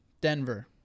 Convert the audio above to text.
Denver